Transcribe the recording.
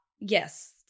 Yes